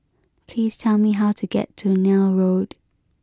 please tell me how to get to Neil Road